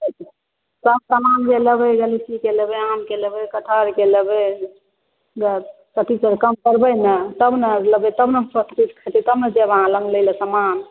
सब समान जे लेबै लीचीके लेबै आमके लेबै कठहरके लेबै तऽ किछु तऽ कम करबै ने तब ने लेबै तब ने सब खरीदबै तब नऽ जाएब लग लए ला समान